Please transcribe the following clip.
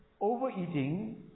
overeating